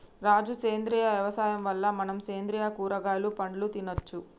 రాజు సేంద్రియ యవసాయం వల్ల మనం సేంద్రియ కూరగాయలు పండ్లు తినచ్చు